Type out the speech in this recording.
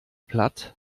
platt